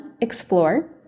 Explore